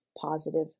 positive